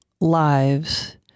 lives